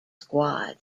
squad